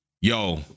Yo